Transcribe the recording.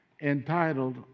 entitled